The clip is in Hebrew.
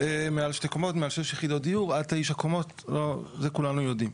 מעל תשע קומות, זה כולנו יודעים.